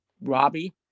Robbie